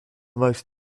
most